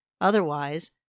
Otherwise